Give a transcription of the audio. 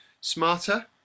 smarter